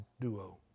duo